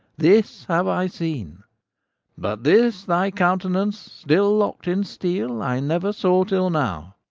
this have i seen but this thy countenance, still lock'd in steel, i never saw till now.